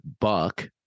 Buck